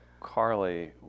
Carly